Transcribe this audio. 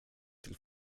till